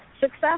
success